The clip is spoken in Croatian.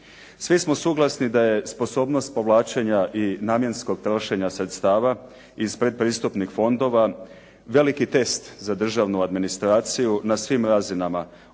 Svi smo suglasni da je sposobnost povlačenja i namjenskog trošenja sredstava iz predpristupnih fondova veliki test za državnu administraciju na svim razinama,